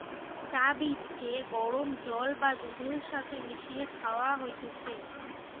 চা বীজকে গরম জল বা দুধের সাথে মিশিয়ে খায়া হতিছে